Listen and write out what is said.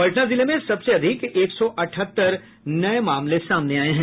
पटना जिले में सबसे अधिक एक सौ अठहत्तर नये मामले सामने आये हैं